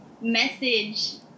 message